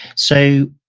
so,